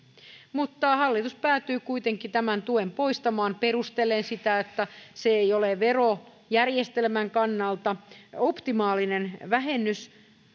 hallitus päätyy kuitenkin tämän tuen poistamaan perustellen sitä niin että se ei ole verojärjestelmän kannalta optimaalinen vähennys